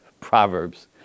Proverbs